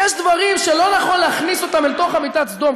יש דברים שלא נכון להכניס אותם אל תוך מיטת סדום.